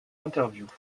interviews